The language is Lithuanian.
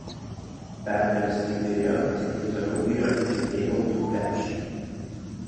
pergalės kaip byrėjo taip ir toliau byra į žaliai baltų krepšį